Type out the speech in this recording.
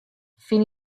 fine